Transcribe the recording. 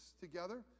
together